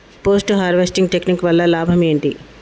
Post harvesting technique వల్ల లాభం ఏంటి?